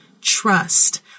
trust